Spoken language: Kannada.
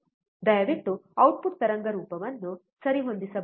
ದಯವಿಟ್ಟು ಔಟ್ಪುಟ್ ತರಂಗ ರೂಪವನ್ನು ಸರಿಹೊಂದಿಸಬಹುದೇ